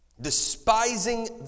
despising